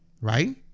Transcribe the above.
right